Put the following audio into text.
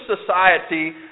society